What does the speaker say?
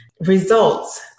results